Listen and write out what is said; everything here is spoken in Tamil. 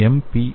பி